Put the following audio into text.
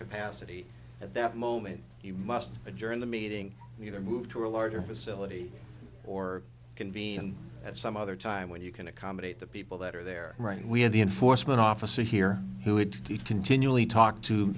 capacity at that moment you must adjourn the meeting and either move to a larger facility or convene at some other time when you can accommodate the people that are there right and we have the enforcement officer here who would continually talk to